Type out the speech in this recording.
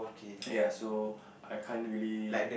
ya so I can't really